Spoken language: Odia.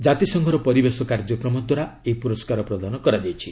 ଜାତିସଂଘର ପରିବେଶ କାର୍ଯ୍ୟକ୍ରମ ଦ୍ୱାରା ଏହି ପୁରସ୍କାର ପ୍ରଦାନ କରାଯାଇଛି